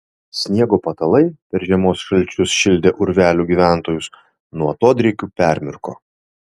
sniego patalai per žiemos šalčius šildę urvelių gyventojus nuo atodrėkių permirko